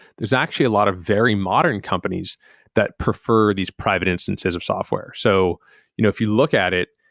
there's actually a lot of very modern companies that prefer these private instances of software. so you know if you look at it,